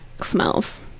smells